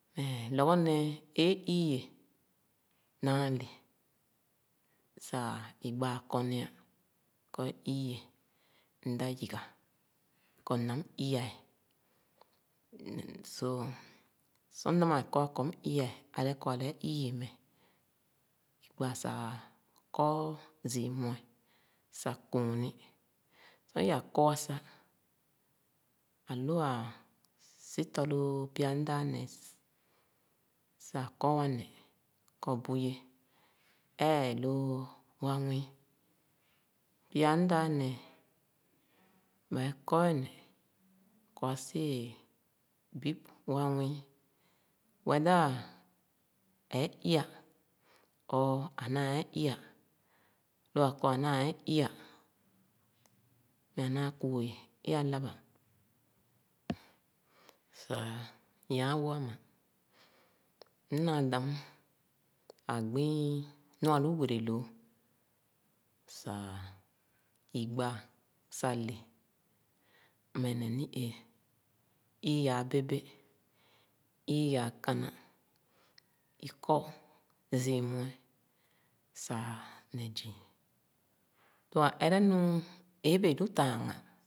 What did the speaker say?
Meh bgobnēē é ii’e naa lē sah i gbaa kɔ mda yiga kɔ mna i-a’e. So, sor mda meh kɔ’a kɔ m’i-a, ale kɔ ale ii meh, i gbaa sah kɔ zii mme sah küüni. Sor pa kɔ sah, ālu ā si tɔ lóó pya mdaa nēē, sah ā ko wa neh ko bu ye ee lōō wa nwii. Pyw mdaanēē ba kɔ ye nah kɔ asi wéé bib wa nwii whether ee i-a or anaa ē i-a. Lo ā kɔ anaa i-a meh naa kuu é alabà. Sah nyawō ama, mnaa dam, ā gbi nu alu wereloo, sah igbaa sah le mmeh-ne ni-ēē. I āā bēbē, i āā kānā. I kɔ zii mue sah neh zii. Lō ā erenu é ébēē lu taaghān.